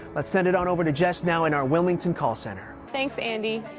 let's send it on over to jess now in our wilmington call center. thanks andy.